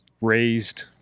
raised